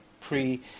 pre